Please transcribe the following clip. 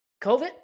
COVID